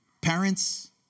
Parents